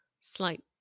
slight